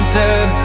dead